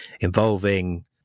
involving